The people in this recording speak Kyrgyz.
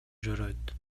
жүрөт